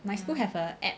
my school have a app